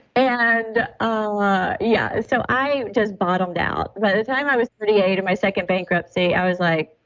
and i and um ah yeah and so i just bottomed out. by the time i was thirty eight in my second bankruptcy, i was like,